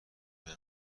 بهم